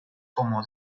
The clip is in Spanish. como